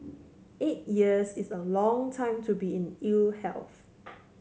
eight years is a long time to be in ill health